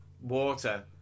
water